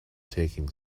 taking